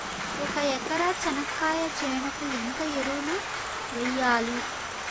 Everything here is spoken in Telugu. ఒక ఎకరా చెనక్కాయ చేనుకు ఎంత ఎరువులు వెయ్యాలి?